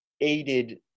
aided